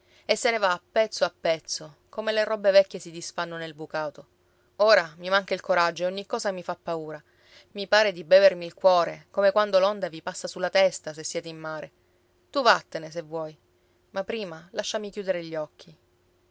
e se ne va a pezzo a pezzo come le robe vecchie si disfanno nel bucato ora mi manca il coraggio e ogni cosa mi fa paura mi pare di bevermi il cuore come quando l'onda vi passa sulla testa se siete in mare tu vattene se vuoi ma prima lasciami chiudere gli occhi